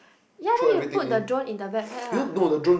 ya then you put the drone in the backpack ah